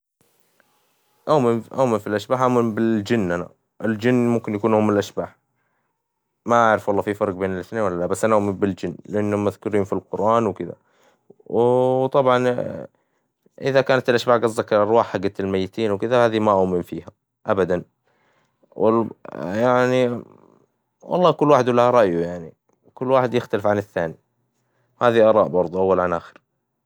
أؤمن في الأشباح أؤمن بالجن أنا، الجن ممكن يكون هم الأشباح، ما أعرف والله في فرق بين الاثنين ولا لا، بس أنا أؤمن بالجن لأنهم مذكورين في القرآن وكذا. و طبعا إذا كانت الأشباح قصدك الأرواح حجت الميتين وكذا هذي ما اؤمن فيها أبدا، يعني والله كل واحد وله رأيه يعني، كل واحد يختلف عن الثاني، هذي أراء برظو أول عن آخر.